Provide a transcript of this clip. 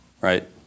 Right